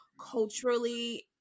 culturally